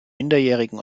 minderjährigen